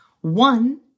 One